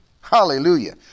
Hallelujah